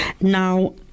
Now